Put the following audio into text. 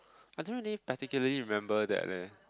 I don't really particularly remember that leh